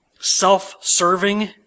self-serving